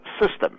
system